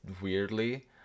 weirdly